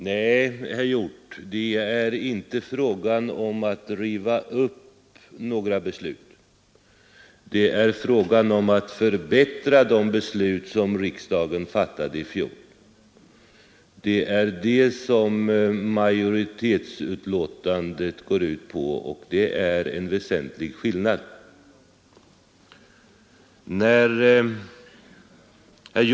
Herr talman! Nej, herr Hjorth, det är inte fråga om att riva upp några beslut; det är fråga om att förbättra de beslut som riksdagen fattade i fjol. Det är det som majoritetens hemställan i betänkandet går ut på, vilket är något väsentligt annorlunda.